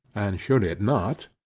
and should it not,